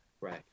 Right